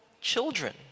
children